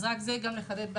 אז זה כדי לחדד,